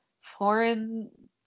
foreign